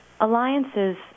Alliances